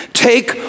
Take